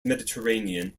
mediterranean